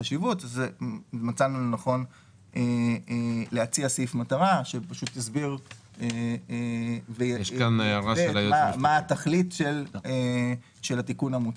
מצאנו לנכון להציע סעיף מטרה שפשוט יסביר מה התכלית של התיקון המוצע.